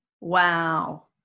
Wow